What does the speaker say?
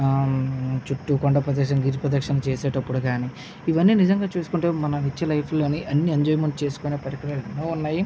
చుట్టూ కొండ ప్రదేశం గిరి ప్రదిక్షణలు చేసేటప్పుడు కానీ ఇవన్నీ నిజంగా చూసుకుంటే మన నిత్య లైఫ్లో అన్ని ఎంజాయ్మెంట్ చేసుకునే పరికరాలు ఎన్నో ఉన్నాయి